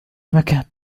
مكان